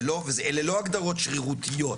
ואלה לא הגדרות שרירותיות,